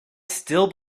still